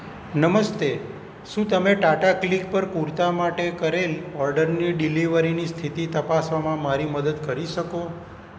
નમસ્તે શું તમે ટાટા ક્લિક પર કુર્તા માટે કરેલ ઓર્ડરની ડિલિવરીની સ્થિતિ તપાસવામાં મારી મદદ કરી શકો